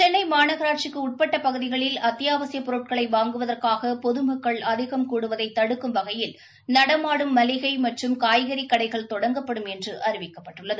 சென்னை மாநகராட்சிக்கு உட்பட்ட பகுதிகளில் அத்தியாவசியப் பொருட்களை வாங்குவதற்கூக பொதுமக்கள் அதிகம் கூடுவதை தடுக்கும் வகையில் நடமாடும் மளிகை மற்றும் காய்கறி கடைகள் தொடங்கப்படும் என்று அறிவிக்கப்பட்டுள்ளது